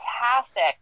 fantastic